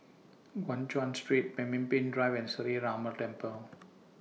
Guan Chuan Street Pemimpin Drive and Sree Ramar Temple